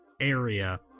area